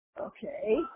Okay